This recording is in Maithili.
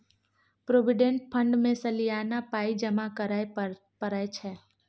प्रोविडेंट फंड मे सलियाना पाइ जमा करय परय छै